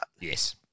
Yes